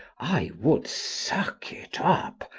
i would suck it up,